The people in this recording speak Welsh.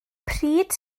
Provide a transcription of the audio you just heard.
pryd